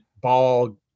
ball